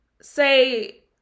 say